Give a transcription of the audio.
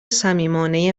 صمیمانه